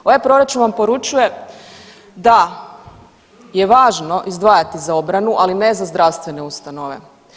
Ovaj proračun vam poručuje da je važno izdvajati za obranu ali ne za zdravstvene ustanove.